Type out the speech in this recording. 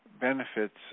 benefits